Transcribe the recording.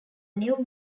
new